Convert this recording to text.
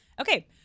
Okay